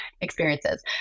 experiences